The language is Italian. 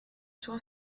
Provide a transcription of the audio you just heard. sua